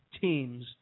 teams